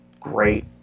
great